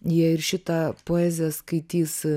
jie ir šitą poeziją skaitys